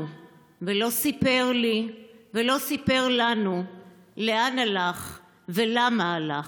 ולא סיפר לי ולא סיפר לנו לאן הלך ולמה הלך.